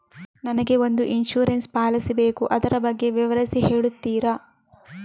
ನನಗೆ ಒಂದು insurance policy ಬೇಕು ಅದರ ಬಗ್ಗೆ ವಿವರಿಸಿ ಹೇಳುತ್ತೀರಾ?